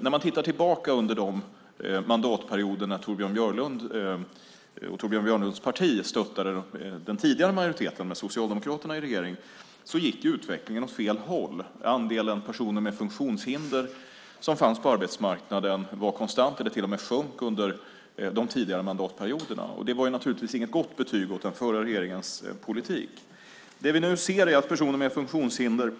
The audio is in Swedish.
När man tittar tillbaka under de mandatperioder när Torbjörn Björlund och hans parti stöttade den tidigare majoriteten med Socialdemokraterna i regeringen gick utvecklingen åt fel håll. Andelen personer med funktionshinder som fanns på arbetsmarknaden var konstant eller till och med sjönk under de tidigare mandatperioderna. Det var naturligtvis inget gott betyg åt den förra regeringens politik. Det vi nu ser är att personer med funktionshinder